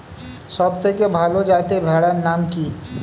সবথেকে ভালো যাতে ভেড়ার নাম কি?